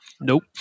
Nope